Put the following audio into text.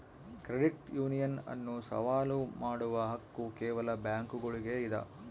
credit union ಅನ್ನು ಸವಾಲು ಮಾಡುವ ಹಕ್ಕು ಕೇವಲ ಬ್ಯಾಂಕುಗುಳ್ಗೆ ಇದ